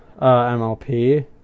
MLP